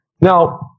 Now